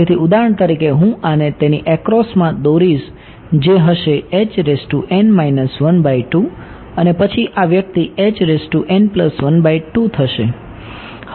તેથી ઉદાહરણ તરીકે હું આને તેની એક્રોસમાં દોરીશ જે હશે અને પછી આ વ્યક્તિ થશે